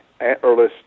antlerless